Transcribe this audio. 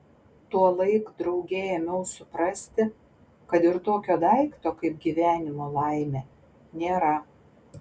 tuolaik drauge ėmiau suprasti kad ir tokio daikto kaip gyvenimo laimė nėra